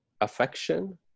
affection